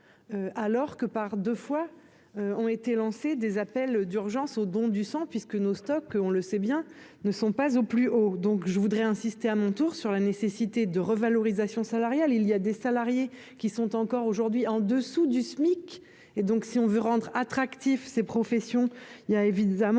alors que, par 2 fois ont été lancés, des appels d'urgence aux dons du sang puisque nos stocks, on le sait bien, ne sont pas au plus haut, donc je voudrais insister à mon tour sur la nécessité de revalorisation salariale, il y a des salariés qui sont encore aujourd'hui en dessous du SMIC et donc si on veut rendre attractifs ces professions, il y a évidemment